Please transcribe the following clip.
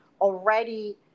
already